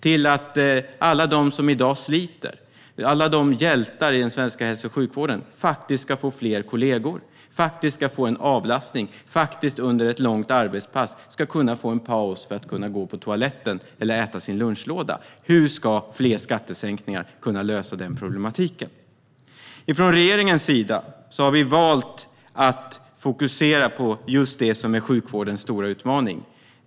Hur ska det bidra till att alla som i dag sliter - det handlar om alla hjältar i den svenska hälso och sjukvården - ska få fler kollegor, ska få avlastning och under ett långt arbetspass ska kunna få en paus för att kunna gå på toaletten eller äta sin lådlunch? Hur ska fler skattesänkningar kunna lösa den problematiken? Från regeringens sida har vi valt att fokusera på just det som är sjukvårdens stora utmaning.